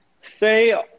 say